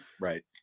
Right